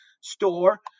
store